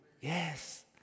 Yes